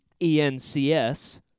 ENCS